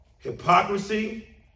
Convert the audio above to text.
hypocrisy